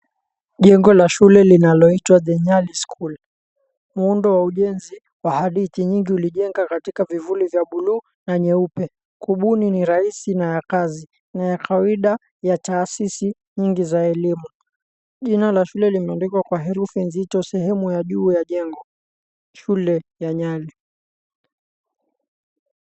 Jengo la shule linaloitwa, "The Nyali School". Muundo wa ujenzi wa hadithi nyingi ulijenga katika vivuli vya buluu na nyeupe. Kubuni ni raisi na ya kazi na ya kawaida ya taasisi nyingi za elimu. Jina la shule limeandikwa kwa herufi nzito sehemu ya juu ya jengo, "Shule ya Nyali".